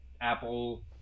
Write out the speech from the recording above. Apple